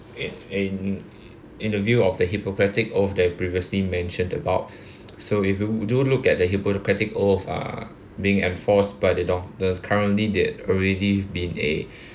in in in the view of the hippocratic oath they previously mentioned about so if you do look at the hippocratic oath uh being enforced by the doctors currently there already been a